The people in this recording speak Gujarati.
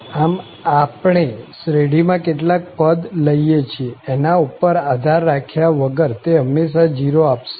આમ આપણે શ્રેઢીમાં કેટલા પદ લઈએ છીએ એના ઉપર આધાર રાખ્યા વગર તે હંમેશા 0 આપશે જ